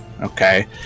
Okay